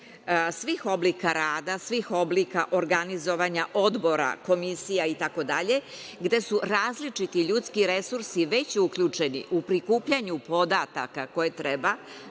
svih oblika rada, svih oblika organizovanja odbora, komisija i tako dalje, gde su različiti ljudski resursi već uključeni u prikupljanje podataka koje treba